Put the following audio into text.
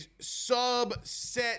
subset